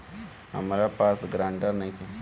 हमरा पास ग्रांटर नइखे?